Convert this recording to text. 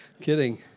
Kidding